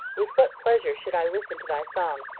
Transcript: with what pleasure should i listen to thy song,